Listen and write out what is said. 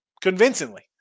convincingly